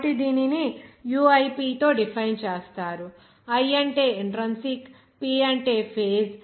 కాబట్టి దీనిని uip తో డిఫైన్ చేస్తారు i అంటే ఇంట్రిన్సిక్ p అంటే ఫేజ్